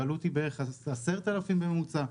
העלות היא בערך 10,000 בממוצע,